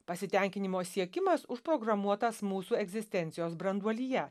pasitenkinimo siekimas užprogramuotas mūsų egzistencijos branduolyje